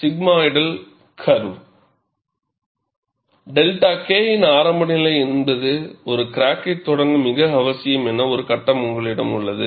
sigmoidal curve 𝛅 K ஆரம்பநிலை என்பது ஒரு கிராக்கை தொடங்க மிக அவசியம் என ஒரு கட்டம் உங்களிடம் உள்ளது